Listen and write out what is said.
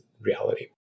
reality